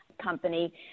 company